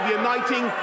uniting